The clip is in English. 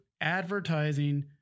advertising